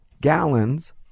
gallons